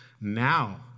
now